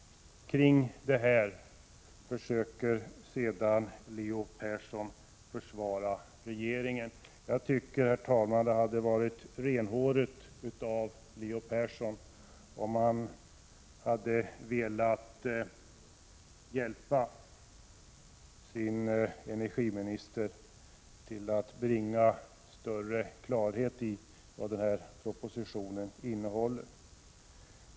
Kring detta försöker sedan Leo Persson försvara regeringen. Jag tycker, herr talman, att det hade varit renhårigt av Leo Persson om han hade velat hjälpa sin energiminister att bringa större klarhet i vad propositionen innehåller.